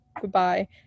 goodbye